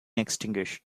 extinguished